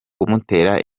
kumutera